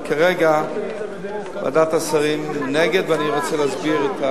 אבל כרגע ועדת השרים נגד, ואני רוצה להסביר.